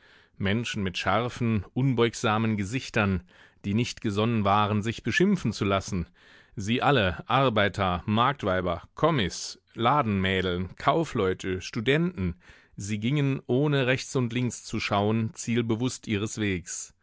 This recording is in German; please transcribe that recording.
menschen mit scharfen unbeugsamen gesichtern die nicht gesonnen waren sich beschimpfen zu lassen sie alle arbeiter marktweiber commis ladenmädeln kaufleute studenten sie gingen ohne rechts und links zu schauen zielbewußt ihres wegs